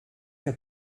que